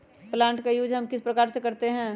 Plant का use हम किस प्रकार से करते हैं?